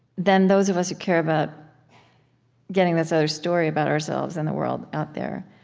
then those of us who care about getting this other story about ourselves in the world out there